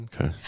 Okay